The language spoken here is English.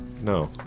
No